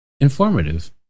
informative